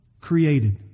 created